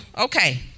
okay